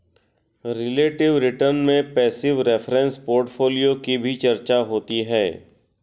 relative return में passive reference portfolio की भी चर्चा होती है